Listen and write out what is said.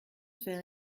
fait